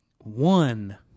one